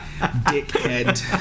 Dickhead